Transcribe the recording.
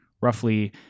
Roughly